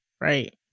right